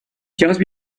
just